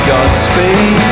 Godspeed